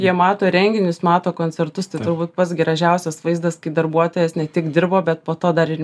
jie mato renginius mato koncertus tai turbūt pats gražiausias vaizdas kai darbuotojas ne tik dirbo bet po to dar ir